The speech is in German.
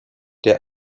der